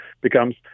becomes